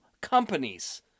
companies